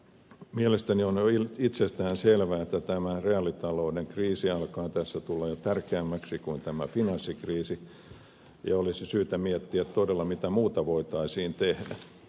mutta mielestäni on itsestäänselvää että reaalitalouden kriisi alkaa jo tulla tärkeämmäksi kuin tämä finanssikriisi ja olisi syytä miettiä todella mitä muuta voitaisiin tehdä